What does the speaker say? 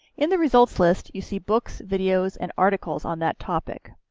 in the results list you see books, videos and articles on that topic.